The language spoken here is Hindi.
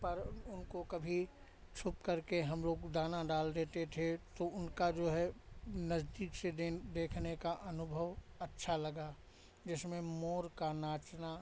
पर उनको कभी छुपकर के हम लोग दाना डाल देते थे तो उनका जो है नज़दीक से देन देखने का अनुभव अच्छा लगा जिसमें मोर का नाचना